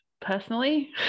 personally